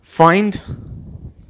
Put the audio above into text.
find